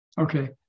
Okay